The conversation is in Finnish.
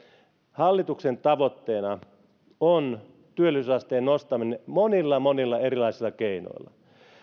hallituksen tavoitteena on työllisyysasteen nostaminen monilla monilla erilaisilla keinoilla